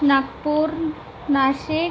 Nagpur Nashik